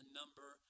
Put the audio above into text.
number